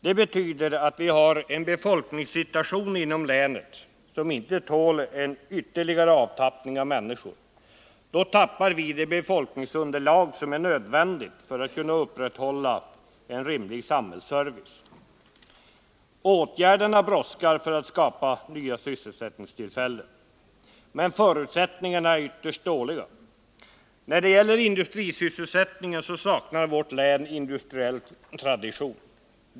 Det betyder att vi har en befolkningssituation i länet som inte tål en ytterligare avtappning av människor. Då förlorar vi det befolkningsunderlag som är nödvändigt för att kunna upprätthålla en rimlig samhällsservice. Åtgärderna brådskar för att skapa nya sysselsättningstillfällen. Men förutsättningarna är ytterst dåliga. När det gäller industrisysselsättningen saknar vårt län industriell tradition.